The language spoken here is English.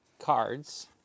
Cards